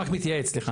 מתייעץ.